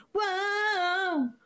Whoa